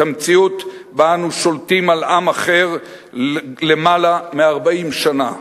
המציאות שבה אנו שולטים על עם אחר למעלה מ-40 שנה.